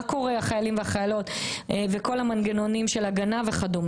מה קורה לחיילים ולחיילות ולכל המנגנונים של הגנה וכד'.